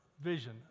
vision